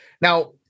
Now